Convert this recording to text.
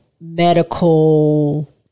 medical